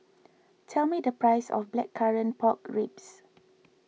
tell me the price of Blackcurrant Pork Ribs